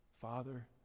Father